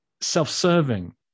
self-serving